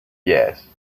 yes